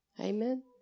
Amen